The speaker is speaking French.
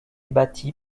bâtie